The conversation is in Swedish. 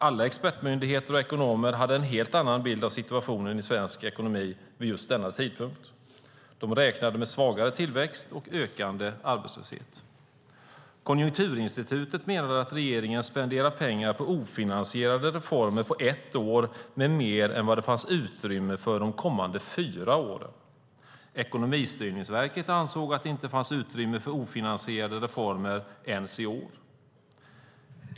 Alla expertmyndigheter och ekonomer hade en helt annan bild av situationen i svensk ekonomi vid just denna tidpunkt. De räknade med svagare tillväxt och ökande arbetslöshet. Konjunkturinstitutet menade att regeringen på ett år spenderade pengar på ofinansierade reformer med mer än det fanns utrymme för under de kommande fyra åren. Ekonomistyrningsverket ansåg att det inte fanns utrymme för ofinansierade reformer ens i år.